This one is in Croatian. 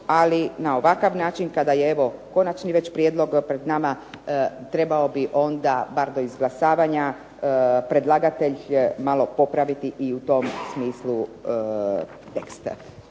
ali na ovakav način kada je evo konačni već prijedlog pred nama, trebao bi onda bar do izglasavanja predlagatelj malo popraviti i u tom smislu tekst.